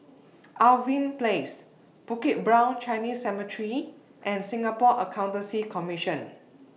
Irving Place Bukit Brown Chinese Cemetery and Singapore Accountancy Commission